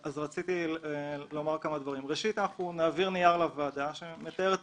אנחנו נעביר נייר לוועדה שמתאר את